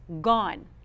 gone